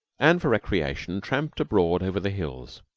and for recreation tramped abroad over the hills.